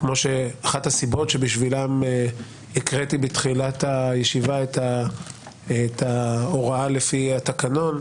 אחת הסיבות שבשבילן הקראתי בתחילת הישיבה את ההוראה לפי התקנון.